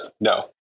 no